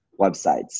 websites